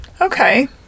Okay